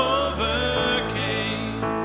overcame